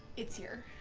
it's here!